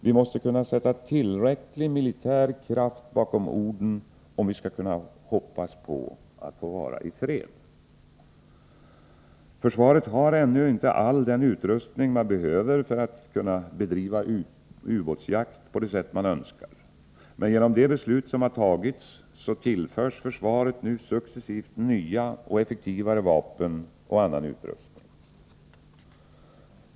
Vi måste kunna sätta tillräcklig militär kraft bakom orden, om vi skall kunna hoppas på att få vara i fred. Försvaret har ännu inte all den utrustning man behöver för att kunna bedriva ubåtsjakt på det sätt man önskar. Men genom de beslut som fattats tillförs försvaret nu successivt nya och effektivare vapen och annan utrustning.